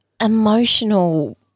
emotional